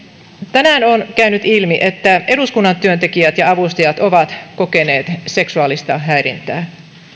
tänään on käynyt ilmi että eduskunnan työntekijät ja avustajat ovat kokeneet seksuaalista häirintää